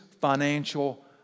financial